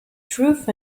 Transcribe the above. truth